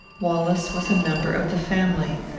wallace was a member of the family.